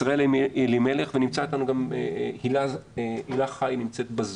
ישראל אלימלך ונמצאת בזום הילה חי.